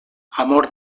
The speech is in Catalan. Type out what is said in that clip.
amor